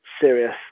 serious